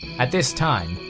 at this time,